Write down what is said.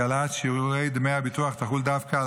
כי העלאת שיעור דמי הביטוח תחול דווקא על